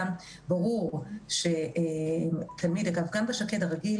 אגב, גם בשק"ד הרגיל